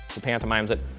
who pantomimes it,